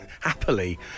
happily